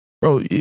Bro